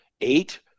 eight